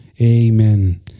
Amen